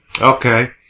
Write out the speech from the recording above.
Okay